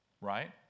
Right